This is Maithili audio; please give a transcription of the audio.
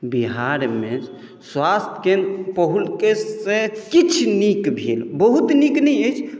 बिहारमे स्वास्थ केन्द्र पहिलुकेसँ किछु नीक भेल बहुत नीक नहि अछि